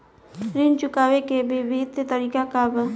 ऋण चुकावे के विभिन्न तरीका का बा?